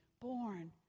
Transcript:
born